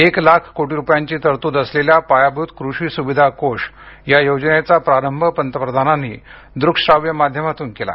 एक लाख कोटी रुपयांची तरतूद असलेल्या पायाभूत कृषी सुविधा कोष या योजनेचा प्रारंभ पंतप्रधानांनी दृकश्राव्य माध्यमातून केला